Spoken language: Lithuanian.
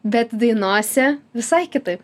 bet dainose visai kitaip